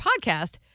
podcast